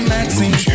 Maxine